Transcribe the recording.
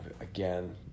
again